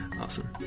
Awesome